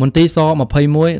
មន្ទីរស-២១